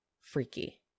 freaky